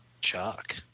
Chuck